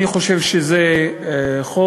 אני חושב שזה חוק